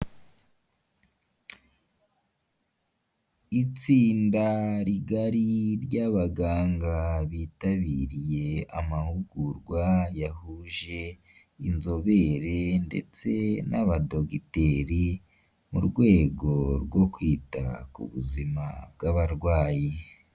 Itsinda rigari ry'abaganga bitabiriye amahugurwa yahuje inzobere ndetse n'abadogiteri mu rwego rwo kwita ku buzima bw'abarwayi.